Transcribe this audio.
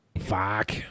Fuck